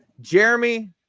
jeremy